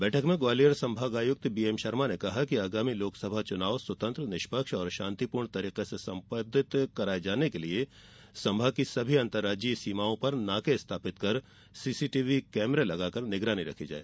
बैठक में ग्वालियर संभागायुक्त बीएम शर्मा ने कहा कि आगामी लोकसभा चुनाव स्वतंत्र एवं निष्पक्ष एवं शांतिपूर्ण तरीके से संपादित कराए जाने हेतु संभाग की सभी अंर्तराज्यीय सीमाओं पर नाके स्थापित कर सीसीटीव्ही कैमरे लगाए जाकर निगरानी रखी जाए